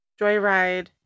Joyride